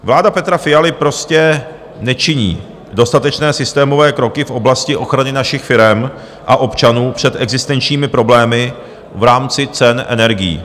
Vláda Petra Fialy prostě nečiní dostatečné systémové kroky v oblasti ochrany našich firem a občanů před existenčními problémy v rámci cen energií.